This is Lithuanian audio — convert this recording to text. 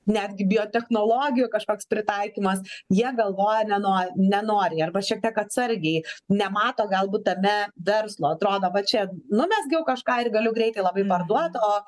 netgi biotechnologijų kažkoks pritaikymas jie galvoja neno nenoriai arba šiek tiek atsargiai nemato galbūt tame verslo atrodo va čia numezgiau kažką ir galiu greitai labai parduot o